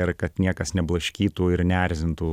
ir kad niekas neblaškytų ir neerzintų